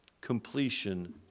completion